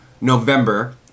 november